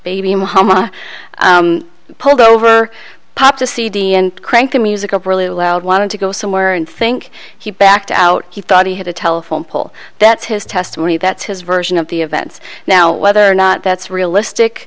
baby momma pulled over popped a cd and crank the musical really loud wanted to go somewhere and think he backed out he thought he had a telephone pole that's his testimony that's his version of the events now whether or not that's realistic